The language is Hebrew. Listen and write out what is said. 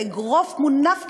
באגרוף מונף,